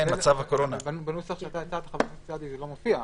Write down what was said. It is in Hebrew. מצב הקורונה -- המגבלות --- זה לא מופיע.